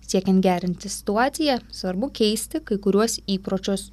siekiant gerinti situaciją svarbu keisti kai kuriuos įpročius